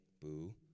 Boo